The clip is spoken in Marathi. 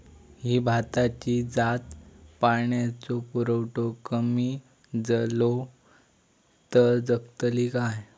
ही भाताची जात पाण्याचो पुरवठो कमी जलो तर जगतली काय?